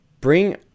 Bring